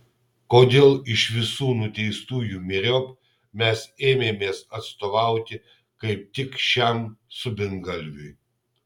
kodėl iš visų nuteistųjų myriop mes ėmėmės atstovauti kaip tik šiam subingalviui